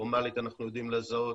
פורמלית אנחנו יודעים לזהות